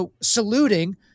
saluting